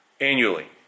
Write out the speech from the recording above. annually